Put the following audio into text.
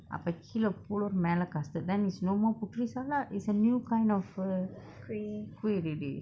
அப்ப கீழ:apa keela flour மேல:mela custard then it's no more puteri salat it's a new kind of err kueh already